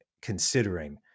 considering